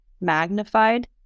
magnified